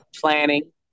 planning